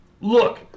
Look